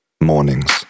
Mornings